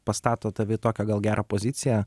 pastato tave į tokią gal gerą poziciją